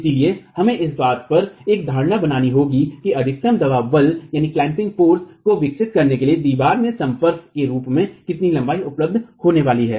इसलिए हमें इस बात पर एक धारणा बनानी होगी कि अधिकतम दबाव बल को विकसित करने के लिए दीवार के संपर्क के रूप में कितनी लंबाई उपलब्ध होने वाली है